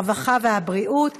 הרווחה והבריאות נתקבלה.